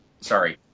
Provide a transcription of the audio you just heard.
Sorry